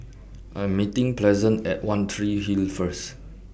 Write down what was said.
I'm meeting Pleasant At one Tree Hill First